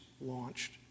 launched